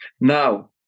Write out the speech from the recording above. Now